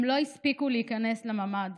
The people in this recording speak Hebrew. הם לא הספיקו להיכנס לממ"ד,